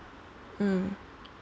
mm